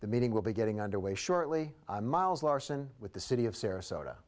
the meeting will be getting underway shortly miles larson with the city of sarasota